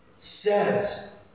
says